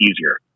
easier